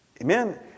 Amen